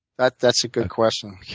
that's that's a good question.